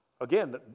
Again